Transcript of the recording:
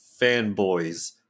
fanboys